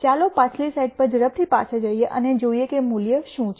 ચાલો પાછલી સ્લાઇડ પર ઝડપથી પાછા જઈએ અને જોઈએ કે મૂલ્ય શું છે